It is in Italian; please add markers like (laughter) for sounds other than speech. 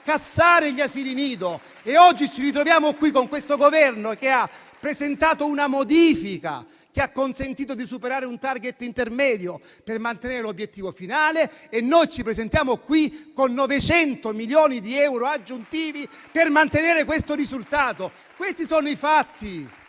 cassare gli asili nido (applause) e oggi ci ritroviamo qui con questo Governo che ha presentato una modifica che ha consentito di superare un *target* intermedio per mantenere l'obiettivo finale e noi ci presentiamo qui con 900 milioni di euro aggiuntivi per mantenere questo risultato. (applause) Questi sono i fatti